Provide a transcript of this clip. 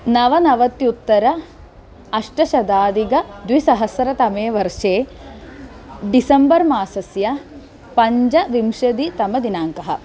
नवनवत्युत्तर अष्टशदाधिकद्विसहस्रतमे वर्षे डिसेम्बर् मासस्य पञ्चविंशतितमदिनाङ्कः